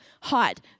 hot